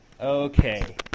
Okay